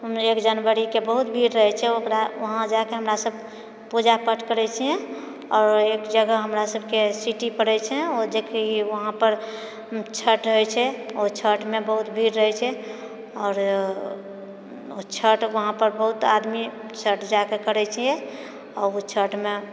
ओहिमे एक जनवरीके बहुत भीड़ रहैत छै ओकरा उहाँ जाए कऽ हमसभ पूजा पाठ करैत छिऐ आओर एक जगह हमरा सभके सिटी पड़ैत छै ओ जेकि उहाँ पर छठ होइत छै ओहि छठमे बहुत भीड़ रहैत छै आओर ओ छठ उहाँ पर बहुत आदमी छठ जाए कऽ करैत छिऐ आ ओ छठमे